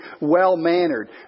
well-mannered